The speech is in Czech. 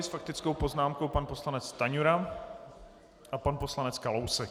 S faktickou poznámkou pan poslanec Stanjura a pan poslanec Kalousek.